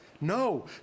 No